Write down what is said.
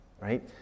right